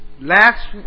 last